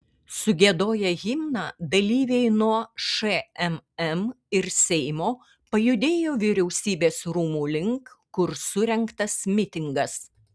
sugiedoję himną dalyviai nuo šmm ir seimo pajudėjo vyriausybės rūmų link kur surengtas mitingas